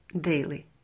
daily